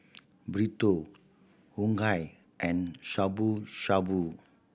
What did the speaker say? Burrito Unagi and Shabu Shabu